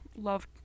Love